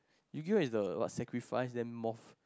yu-gi-oh is the what sacrifice them off